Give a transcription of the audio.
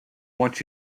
want